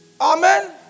Amen